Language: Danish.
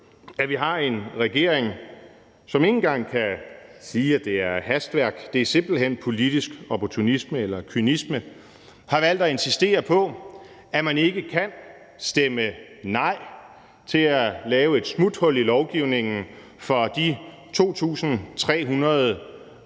at vi har en regering, der ikke engang kan sige, at det er hastværk, at det simpelt hen er politisk opportunisme eller kynisme, og som har valgt at insistere på, at man ikke kan stemme nej til at lave et smuthul i lovgivningen i § 2 for de 2.300